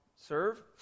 serve